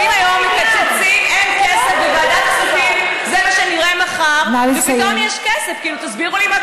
את באה ואת אומרת: זה מה שהקואליציה מתעסקת